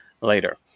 later